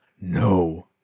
no